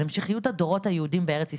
על המשכיות הדורות היהודיים בארץ ישראל.